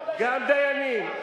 גם דיינים.